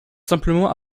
simplement